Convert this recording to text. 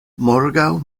morgaŭ